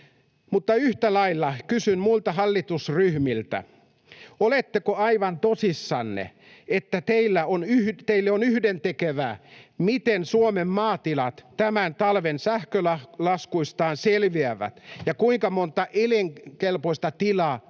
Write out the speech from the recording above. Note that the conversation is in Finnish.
Mutta yhtä lailla kysyn muilta hallitusryhmiltä: oletteko aivan tosissanne, että teille on yhdentekevää, miten Suomen maatilat tämän talven sähkölaskuistaan selviävät, ja kuinka monta elinkelpoista tilaa